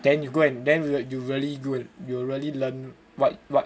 then you go and then you really you'll really learn what what